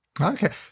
Okay